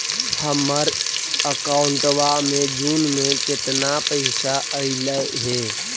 हमर अकाउँटवा मे जून में केतना पैसा अईले हे?